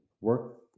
work